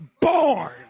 born